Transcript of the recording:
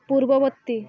ପୂର୍ବବର୍ତ୍ତୀ